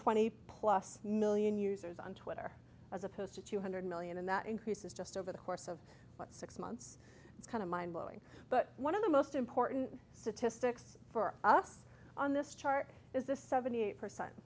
twenty plus million users on twitter as opposed to two hundred million and that increases just over the course of what six months it's kind of mind blowing but one of the most important statistics for us on this chart is this seventy eight percent